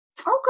Okay